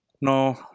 No